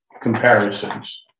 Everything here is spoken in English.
comparisons